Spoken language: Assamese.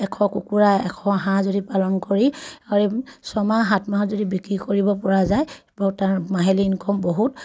এশ কুকুৰা এশ হাঁহ যদি পালন কৰি ছমাহ সাত মাহত যদি বিক্ৰী কৰিব পৰা যায় তাৰ মাহিলী ইনকম বহুত